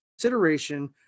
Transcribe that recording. consideration